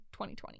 2020